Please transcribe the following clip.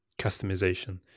customization